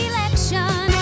Election